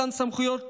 מתן סמכויות